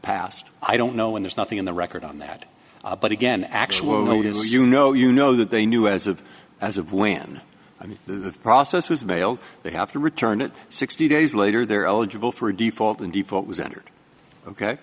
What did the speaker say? passed i don't know when there's nothing in the record on that but again actually as you know you know that they knew as of as of when i mean the process was mail they have to return it sixty days later they're eligible for